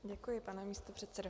Děkuji, pane místopředsedo.